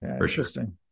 Interesting